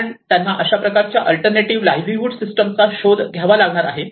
कारण त्यांना अशा प्रकारच्या अल्टरनेटिव्ह लाईव्हलीहूड सिस्टमचा शोध घ्यावा लागणार आहे